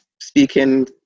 speaking